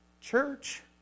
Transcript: church